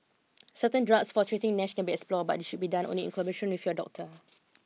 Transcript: certain drugs for treating Nash can be explored but this should be done only in collaboration with your doctor